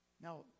Now